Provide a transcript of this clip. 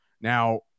Now